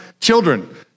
Children